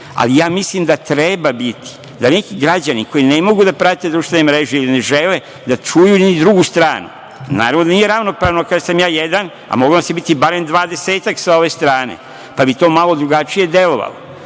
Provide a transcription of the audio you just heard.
Ali, ja mislim da treba biti, da neki građani koji ne mogu da prate društvene mreže ili ne žele da čuju i drugu stranu, naravno da nije ravnopravno kada sam ja jedan, moglo nas je biti barem dvadesetak sa ove strane, pa bi to malo drugačije delovalo. Ne